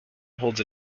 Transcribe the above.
holds